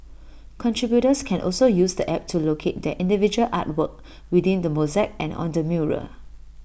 contributors can also use the app to locate their individual artwork within the mosaic and on the mural